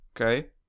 Okay